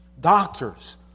Doctors